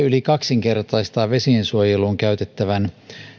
yli kaksinkertaistaa vesiensuojeluun käytettävän